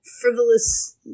frivolous